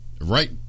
right